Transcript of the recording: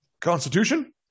Constitution